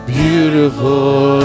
beautiful